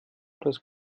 etwas